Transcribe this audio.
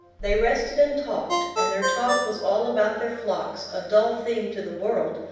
they rested and talked, and their talk was all about their flocks, a dull theme to the world,